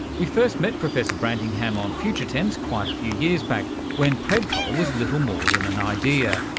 we first met professor brantingham on future tense quite a few years back when predpol was little more than an idea.